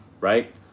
right